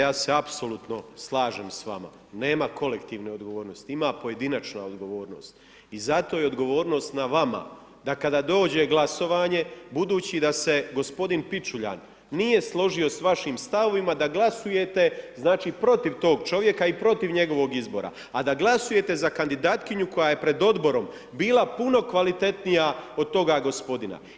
Pa kolegice, ja se apsolutno slažem s vama, nema kolektivne odgovornosti, ima pojedinačna odgovornost i zato je odgovornost na vama da kada dođe glasovanje, budući da se g. Pičuljan nije složio s vašim stavovima, da glasujete znači protiv tog čovjeka i protiv njegovog izbora a da glasujete za kandidatkinju koja je pred odborom bila puno kvalitetnija od toga gospodina.